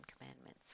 Commandments